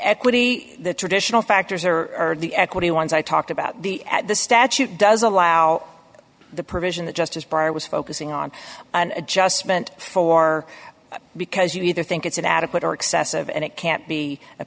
equity the traditional factors are the equity ones i talked about the at the statute does allow the provision that just as bar was focusing on an adjustment for because you either think it's an adequate or excessive and it can't be a